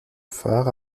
far